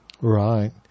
Right